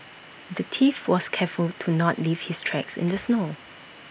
the thief was careful to not leave his tracks in the snow